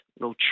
no